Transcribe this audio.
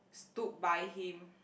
stood by him